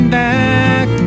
back